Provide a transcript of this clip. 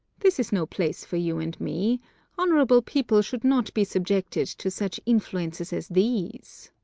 this is no place for you and me honourable people should not be subjected to such influences as these.